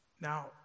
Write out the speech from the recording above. Now